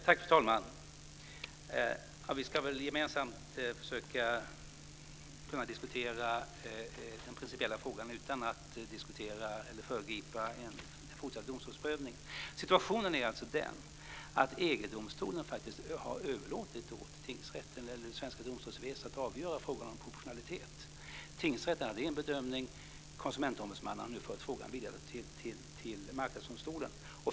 Fru talman! Vi ska väl gemensamt försöka diskutera den principiella frågan utan att föregripa en fortsatt domstolsprövning. Situationen är den att EG-domstolen faktiskt har överlåtit åt det svenska domstolsväsendet att avgöra frågan om proportionalitet. Tingsrätten har gjort en bedömning, och konsumentombudsmannen har nu fört frågan vidare till Marknadsdomstolen.